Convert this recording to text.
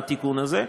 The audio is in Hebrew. בתיקון הזה,